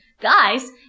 guys